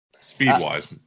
Speed-wise